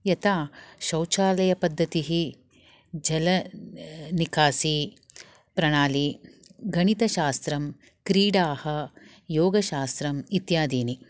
यता शौचालयपद्धतिः जल निकासिप्रणाली गणितशास्त्रं क्रीडाः योगशास्त्रम् इत्यादीनि